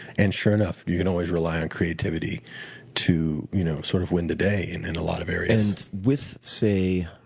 and sure enough, you can always rely on creativity to you know sort of win the day in in a lot of areas. and with, say,